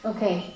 Okay